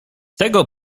tego